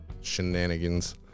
shenanigans